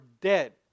dead